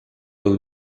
był